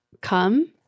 come